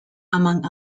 among